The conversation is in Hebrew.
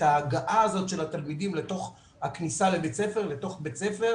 ההגעה הזאת של התלמידים לתוך בית הספר.